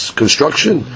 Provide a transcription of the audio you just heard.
construction